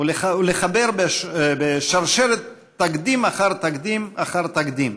ולחבר בשרשרת תקדים אחר תקדים אחר תקדים,